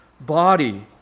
body